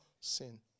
sin